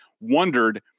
wondered